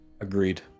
Agreed